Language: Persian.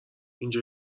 اینجا